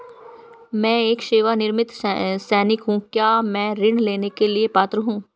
मैं एक सेवानिवृत्त सैनिक हूँ क्या मैं ऋण लेने के लिए पात्र हूँ?